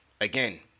again